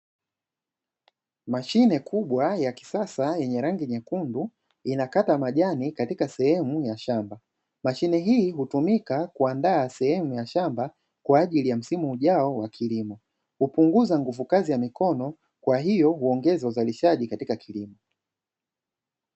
Mashine kubwa ya kisasa yenye rangi nyekundu inakata majani katika sehemu ya shamba, mashine hii hutumika kuandaa sehemu ya shamba kwa ajili ya msimu ujao wa kilimo, hupunguza nguvu kazi ya mikono kwa hiyo huongeza uzalishaji katika kilimo.